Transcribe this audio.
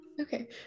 okay